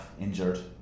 injured